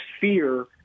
fear